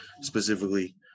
specifically